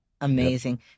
amazing